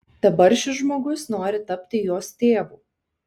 dabar šis žmogus nori tapti jos tėvu